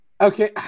okay